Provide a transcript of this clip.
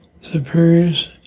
superiors